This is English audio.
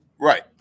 Right